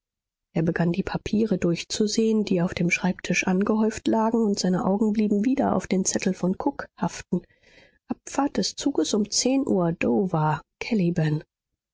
er begann die papiere durchzusehen die auf dem schreibtisch angehäuft lagen und seine augen blieben wieder auf dem zettel von cook haften abfahrt des zuges um zehn uhr dover